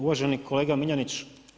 Uvaženi kolega Miljenić.